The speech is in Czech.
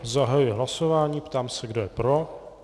Zahajuji hlasování a ptám se, kdo je pro.